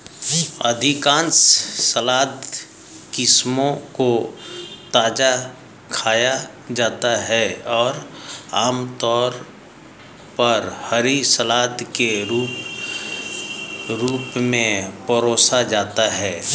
अधिकांश सलाद किस्मों को ताजा खाया जाता है और आमतौर पर हरी सलाद के रूप में परोसा जाता है